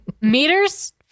Meters